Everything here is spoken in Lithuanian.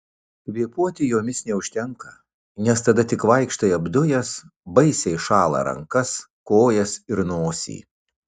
kvėpuoti jomis neužtenka nes tada tik vaikštai apdujęs baisiai šąla rankas kojas ir nosį